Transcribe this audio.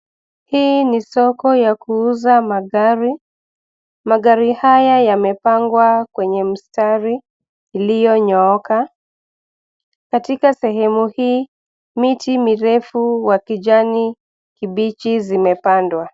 Hii ni soko ya kuuza magari. Magari haya yamepangwa kwenye mstari iliyo nyooka. Katika sehemu hii miti mirefu wa kijani kibichi zimepandwa.